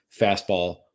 fastball